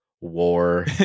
war